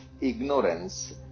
ignorance